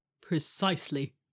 Precisely